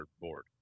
board